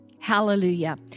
Hallelujah